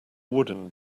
wooden